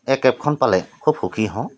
কেবখন পালে খুব সুখী হ'ম